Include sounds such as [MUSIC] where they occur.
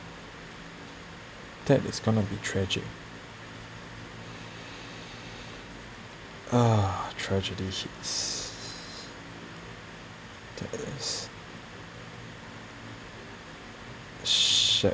that is gonna be tragic [NOISE] tragedy hits that is shag